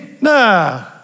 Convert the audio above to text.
Nah